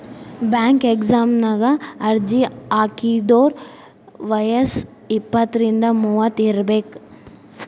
bank ಎಕ್ಸಾಮಗ ಅರ್ಜಿ ಹಾಕಿದೋರ್ ವಯ್ಯಸ್ ಇಪ್ಪತ್ರಿಂದ ಮೂವತ್ ಇರಬೆಕ್